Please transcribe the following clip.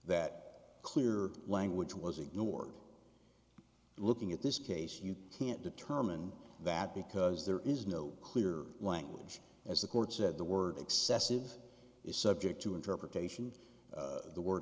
that clear language was ignored looking at this case you can't determine that because there is no clear language as the court said the word excessive is subject to interpretation the word